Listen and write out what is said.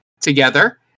together